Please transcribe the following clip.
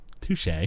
Touche